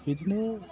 बिदिनो